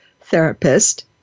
therapist